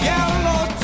Yellow